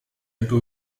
into